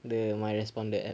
the my responder app